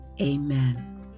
Amen